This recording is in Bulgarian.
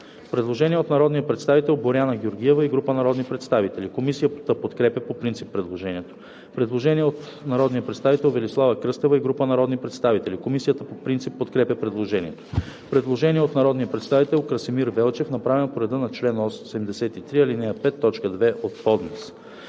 предложение от народния представител Боряна Георгиева и група народни представители. Комисията подкрепя по принцип предложението. Предложение от народния представител Велислава Кръстева и група народни представители. Комисията подкрепя по принцип предложението. Предложение на народния представител Красимир Велчев, направено по реда на чл. 83, ал. 5, т. 2 от ПОДНС.